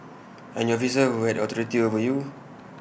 and your officer will authority over you